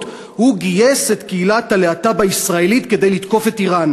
הוא גייס את קהילת הלהט"ב הישראלית כדי לתקוף את איראן.